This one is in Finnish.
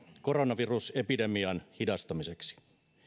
koronavirusepidemian hidastamiseksi